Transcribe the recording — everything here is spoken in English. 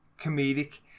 comedic